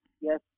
yes